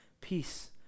peace